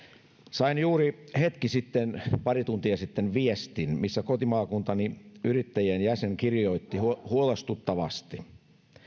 sain juuri hetki sitten pari tuntia sitten viestin missä kotimaakuntani yrittäjien jäsen kirjoitti huolestuttavasti